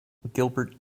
gilbert